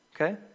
Okay